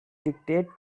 dictate